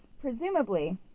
Presumably